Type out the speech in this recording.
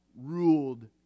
ruled